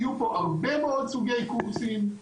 יהיו פה הרבה מאוד סוגי קורסים.